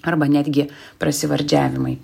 arba netgi prasivardžiavimai